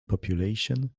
populations